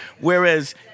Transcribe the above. whereas